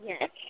Yes